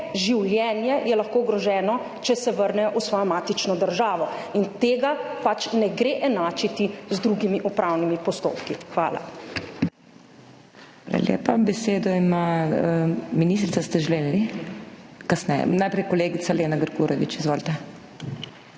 življenje je lahko ogroženo, če se vrnejo v svojo matično državo. Tega pač ne gre enačiti z drugimi upravnimi postopki. Hvala.